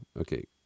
okay